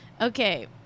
okay